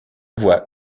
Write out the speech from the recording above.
voix